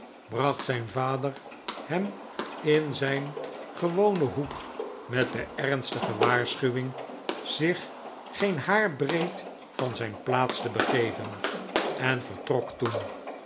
bracht zijn vader hem in zijn gewonen hoek met de ernstige waarschuwing zich geen haar breed van zijn plaats te begeven en vertrok toen